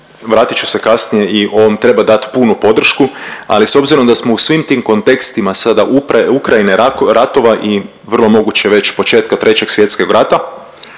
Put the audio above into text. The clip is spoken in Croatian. vratit ću se kasnije i ovom treba dati punu podršku, ali s obzirom da smo u svim tim kontekstima sada Ukrajine, ratova i vrlo moguće već početka trećeg svjetskog rata